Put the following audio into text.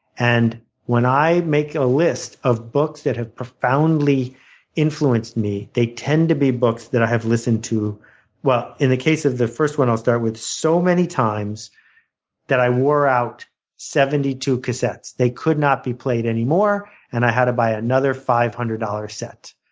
and when i make a list of books that have profoundly influenced me, they tend to be books that i have listened to in the case of the first one i'll start with so many times that i wore out seventy two cassettes. they could not be played any more and i had to buy another five hundred dollars set.